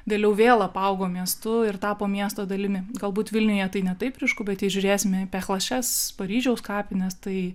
vėliau vėl apaugo miestu ir tapo miesto dalimi galbūt vilniuje tai ne taip ryšku bet žiūrėsime pekošez paryžiaus kapines tai